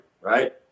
right